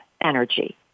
energy